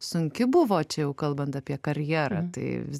sunki buvo čia jau kalbant apie karjerą tai vis